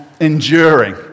enduring